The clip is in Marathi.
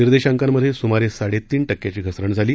निर्देशांकांमधे सुमारे साडेतीन टक्क्याची घसरण झाली